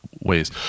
ways